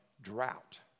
drought